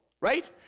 right